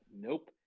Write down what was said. nope